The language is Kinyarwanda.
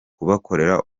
kubakorera